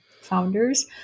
founders